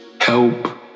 help